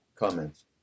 comments